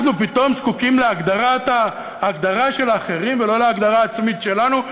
אנחנו פתאום זקוקים להגדרה של אחרים ולא להגדרה עצמית שלנו?